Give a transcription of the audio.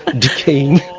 ah decaying.